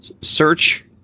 search